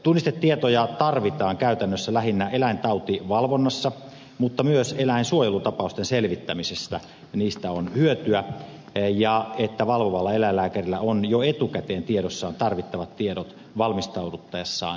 tunnistetietoja tarvitaan käytännössä lähinnä eläintautivalvonnassa mutta myös eläinsuojelutapausten selvittämisessä niistä on hyötyä niin että valvovalla eläinlääkärillä on jo etukäteen tiedossaan tarvittavat tiedot valmistautuessaan valvontatapahtumaan